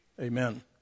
Amen